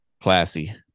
Classy